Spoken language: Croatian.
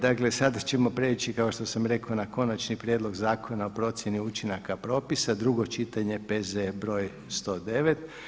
Dakle, sada ćemo prijeći kao što sam rekao na Konačni prijedlog zakona o procjeni učinaka propisa, drugo čitanje, P.Z. br. 109.